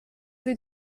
sie